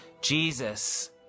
Jesus